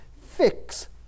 fix